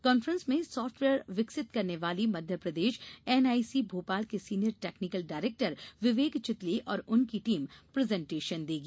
conference में software विकसित करने वाली मध्यप्रदेश एनआईसी भोपाल के senior technical director Vivek Chitale और उनकी टीम प्रजेन्टेशन देगी